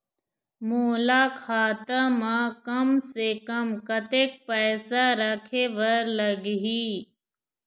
मोला खाता म कम से कम कतेक पैसा रखे बर लगही?